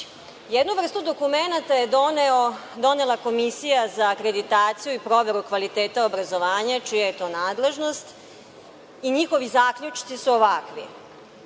vrstu dokumenata donela je Komisija za akreditaciju i proveru kvaliteta obrazovanja, čija je to nadležnost, i njihovi zaključci su ovakvi: